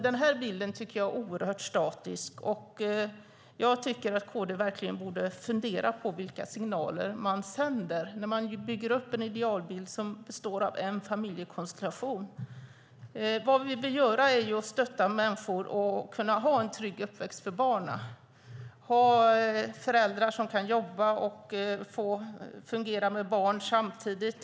Den här bilden är alltså oerhört statisk, och jag tycker att KD verkligen borde fundera på vilka signaler man sänder ut när man bygger upp en idealbild som består av en familjekonstellation. Vad vi vill göra är att stötta människor så att de kan ge barnen en trygg uppväxt. Vi vill att föräldrar ska kunna jobba och fungera med barnen samtidigt.